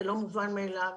זה לא מובן מאליו.